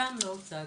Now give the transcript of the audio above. ושם לא הוצג